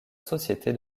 société